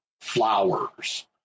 flowers